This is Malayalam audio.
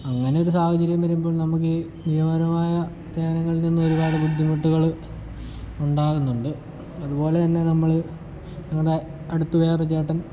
അങ്ങനെ ഒരു സാഹചര്യം വരുമ്പോൾ നമുക്ക് നിയമപരമായ സേവനങ്ങളിൽ നിന്നൊരുപാട് ബുദ്ധിമുട്ടുകൾ ഉണ്ടാകുന്നുണ്ട് അതുപോലെ തന്നെ നമ്മൾ നമ്മുടെ അടുത്ത് വേറെ ചേട്ടൻ